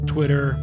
Twitter